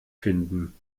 finden